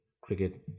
cricket